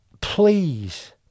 Please